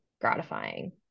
gratifying